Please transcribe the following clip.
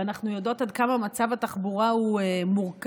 ואנחנו יודעות עד כמה מצב התחבורה הוא מורכב,